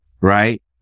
right